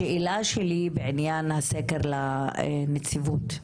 השאלה שלי בעניין הסקר, לנציבות.